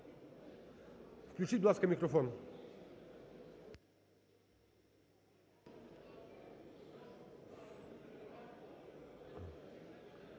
включіть, будь ласка, мікрофон.